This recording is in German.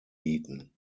bieten